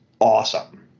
awesome